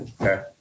Okay